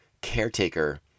caretaker